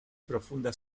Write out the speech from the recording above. profunda